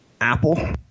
Apple